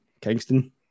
Kingston